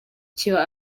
kiba